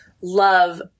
love